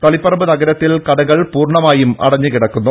തളിപ്പറമ്പ് നഗരത്തിൽ കടകൾ പൂർണ്ണമായും അടഞ്ഞുകിടക്കുന്നു